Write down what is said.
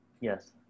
Yes